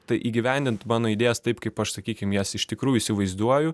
tai įgyvendint mano idėjas taip kaip aš sakykim jas iš tikrųjų įsivaizduoju